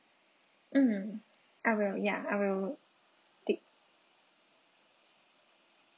mm I will ya I will take